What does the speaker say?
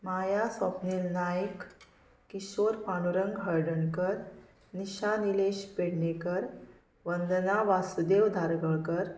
Maya Swapnil Naik Kishor Pandurang Haldankar Nisha Nilesh Pednekar Vandana Vasudev Dhargalkar